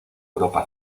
europa